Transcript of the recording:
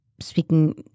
speaking